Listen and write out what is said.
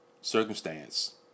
circumstance